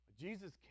Jesus